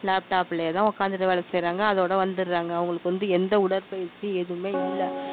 லேப்டாப்லேயே தான் உட்காந்துட்டு வேலை செய்றாங்க அதோட வந்துடுறாங்க அவங்களுக்கு வந்து எந்த உடற்பயிற்சி எதுவும் இல்லை